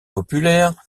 populaire